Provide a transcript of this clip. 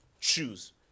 choose